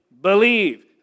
believe